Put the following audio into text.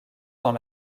sans